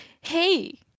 hey